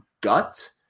gut